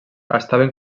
estaven